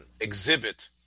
exhibit